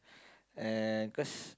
uh cause